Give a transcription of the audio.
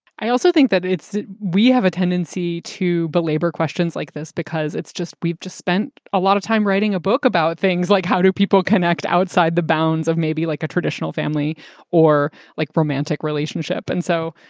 i also think that it's we have a tendency to belabor questions like this, because it's just we've just spent a lot of time writing a book about things like how do people connect outside the bounds of maybe like a traditional family or like romantic relationship. and so,